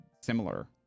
similar